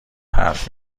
حرف